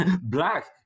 black